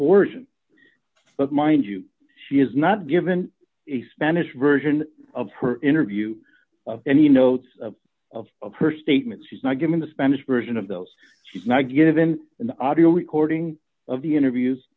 coercion but mind you she is not given a spanish version of her interview any notes of her statements she's not given the spanish version of those she's not given an audio recording of the interviews